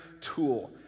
tool